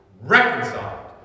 reconciled